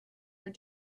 were